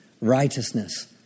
righteousness